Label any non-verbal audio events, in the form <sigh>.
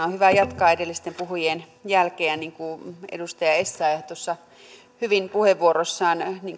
<unintelligible> on hyvä jatkaa edellisten puhujien jälkeen edustaja essayah hyvin puheenvuorossaan